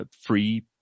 free